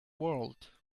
world